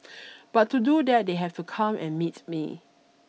but to do that they have to come and meets me